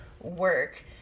work